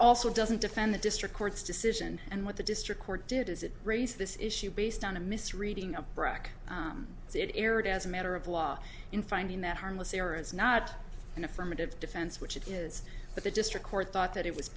also doesn't defend the district court's decision and what the district court did is it raised this issue based on a misreading a broch did erred as a matter of law in finding that harmless error is not an affirmative defense which it is but the district court thought that it was